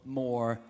more